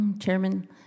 Chairman